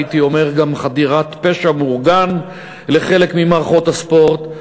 הייתי אומר גם חדירת פשע מאורגן לחלק ממערכות הספורט.